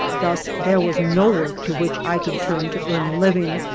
thus there was no work to which i could turn to earn a living.